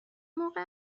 موقع